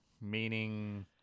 Meaning